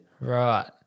Right